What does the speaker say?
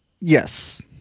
yes